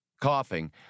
Coughing